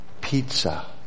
pizza